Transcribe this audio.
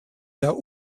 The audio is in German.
der